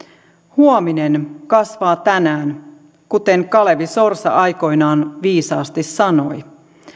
huominen kasvaa tänään kuten kalevi sorsa aikoinaan viisaasti sanoi